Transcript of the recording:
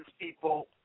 people